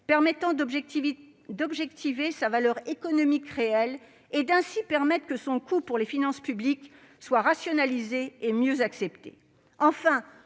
permettant d'objectiver sa valeur économique réelle et de permettre que son coût pour les finances publiques soit rationalisé et mieux accepté.